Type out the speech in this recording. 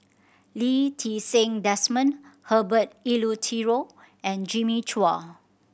Lee Ti Seng Desmond Herbert Eleuterio and Jimmy Chua